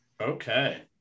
Okay